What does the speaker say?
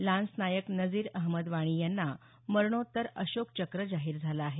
lance naik Nazir Ahmad Wani यांना मरणोत्तर अशोक चक्र जाहीर झालं आहे